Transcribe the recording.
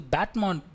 Batman